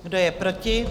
Kdo je proti?